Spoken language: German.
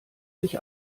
sich